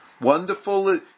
Wonderful